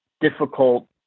difficult